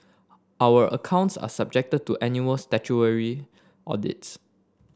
our accounts are subjected to annual statutory audits